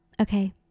Okay